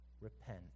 repent